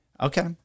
Okay